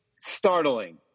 startling